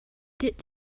did